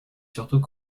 surtout